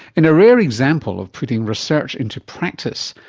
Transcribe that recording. in a rare example of putting research into practice,